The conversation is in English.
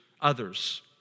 others